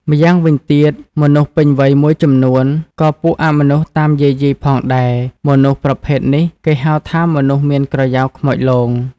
ម្យ៉ាងវិញទៀតមនុស្សពេញវ័យមួយចំនូនក៏ពួកអមនុស្សតាមយាយីផងដែរមនុស្សប្រភេទនេះគេហៅថាមនុស្សមានក្រយ៉ៅខ្មោចលង